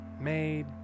made